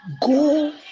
Go